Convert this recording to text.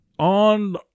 On